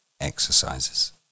exercises